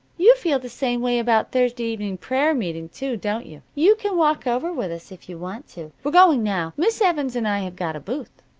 you feel the same way about thursday evening prayer-meeting too, don't you? you can walk over with us if you want to. we're going now. miss evans and i have got a booth.